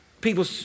People